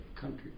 Country